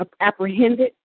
apprehended